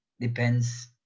depends